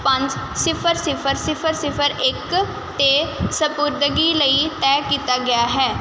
ਪੰਜ ਸਿਫਰ ਸਿਫਰ ਸਿਫਰ ਸਿਫਰ ਇੱਕ 'ਤੇ ਸਪੁਦਗੀ ਲਈ ਤੈਅ ਕੀਤਾ ਗਿਆ ਹੈ